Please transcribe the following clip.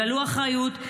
גלו אחריות,